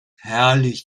herrlich